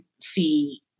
see